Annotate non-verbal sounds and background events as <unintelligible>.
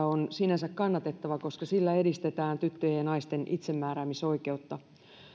<unintelligible> on sinänsä kannatettava koska sillä edistetään tyttöjen ja naisten itsemääräämisoikeutta